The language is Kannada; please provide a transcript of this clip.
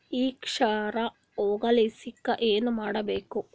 ಈ ಕ್ಷಾರ ಹೋಗಸಲಿಕ್ಕ ಏನ ಮಾಡಬೇಕು?